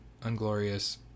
unglorious